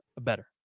better